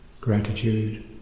gratitude